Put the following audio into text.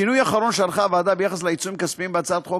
שינוי אחרון שערכה הוועדה ביחס לעיצומים כספיים בהצעת חוק